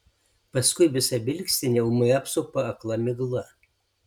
paskui visą vilkstinę ūmai apsupa akla migla